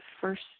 first